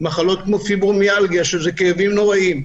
מחלות כמו פיברומיאלגיה שכוללות כאבים נוראיים,